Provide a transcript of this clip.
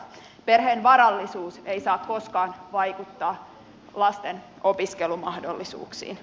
perheen varallisuus ei saa koskaan vaikuttaa lasten opiskelumahdollisuuksiin